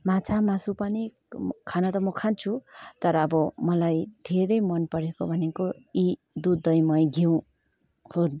माछा मासु पनि खान त म खान्छु तर अब मलाई धेरै मन परेको भनेको यी दुध दही मही घिउ हुन्